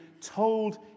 told